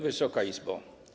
Wysoka Izbo!